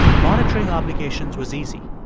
monitoring obligations was easy.